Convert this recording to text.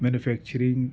manufacturing